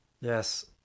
Yes